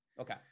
Okay